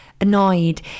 annoyed